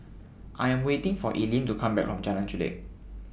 I Am waiting For Eileen to Come Back from Jalan Chulek